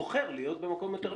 בוחר להיות במקום יותר נמוך.